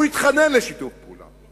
הוא התחנן לשיתוף פעולה.